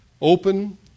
Open